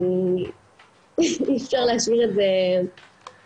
אי אפשר להשאיר את זה ככה.